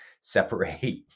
separate